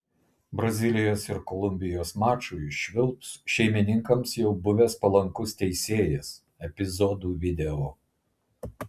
brazilijos ir kolumbijos mačui švilps šeimininkams jau buvęs palankus teisėjas epizodų video